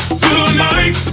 tonight